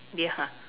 yeah